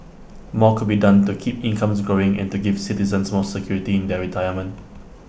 more could be done to keep incomes growing and to give citizens more security in their retirement